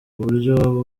uburyo